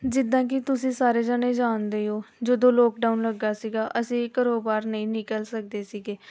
ਜਿੱਦਾਂ ਕਿ ਤੁਸੀਂ ਸਾਰੇ ਜਾਣੇ ਜਾਣਦੇ ਹੀ ਹੋ ਜਦੋਂ ਲੋਕਡਾਊਨ ਲੱਗਾ ਸੀਗਾ ਅਸੀਂ ਘਰੋਂ ਬਾਹਰ ਨਹੀਂ ਨਿਕਲ ਸਕਦੇ ਸੀਗੇ